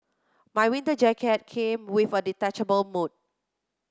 my winter jacket came with a detachable mood